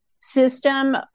system